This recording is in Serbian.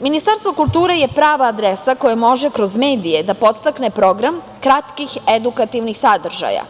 Ministarstvo kulture je prava adresa koja može kroz medije da podstakne program kratkih edukativnih sadržaja